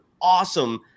awesome